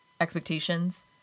expectations